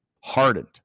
hardened